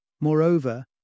Moreover